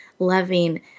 loving